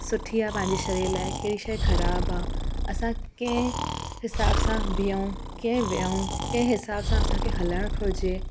सुठी आहे पंहिंजे शरीर लाइ कहिड़ी शइ ख़राब आहे असां कंहिं हिसाब सां बीहूं कंहिं विहूं कंहिं हिसाब सां असांखे हलणु घुरिजे